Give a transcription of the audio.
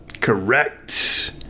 Correct